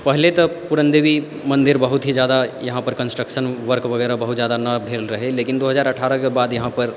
पहिले तऽ पूरणदेवी मन्दिर बहुत ही ज्यादा यहाँपर कन्स्ट्रक्शन वर्क वगैरह बहुत ज्यादा नहि भेल रहै लेकिन दू हजार अठारहके बाद यहाँपर